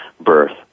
birth